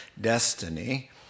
destiny